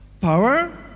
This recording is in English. Power